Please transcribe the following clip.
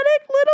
little